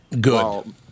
Good